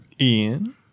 Ian